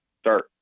start